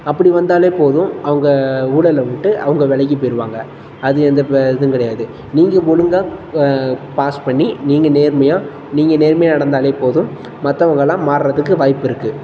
அப்படி வந்தாலே போதும் அவங்க ஊழல விட்டு அவங்க விலகிப் போயிடுவாங்க அது எந்த ப இதுவும் கிடையாது நீங்கள் ஒழுங்கா பாஸ் பண்ணி நீங்கள் நேர்மையாக நீங்கள் நேர்மையாக நடந்தாலே போதும் மற்றவங்க எல்லாம் மாறுறதுக்கு வாய்ப்பிருக்குது